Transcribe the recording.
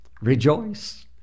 Rejoice